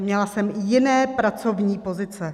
Měla jsem i jiné pracovní pozice.